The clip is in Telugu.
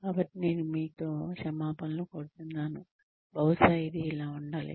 కాబట్టి నేను మీతో క్షమాపణలు కోరుతున్నాను బహుశా ఇది ఇలా ఉండాలి